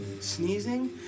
sneezing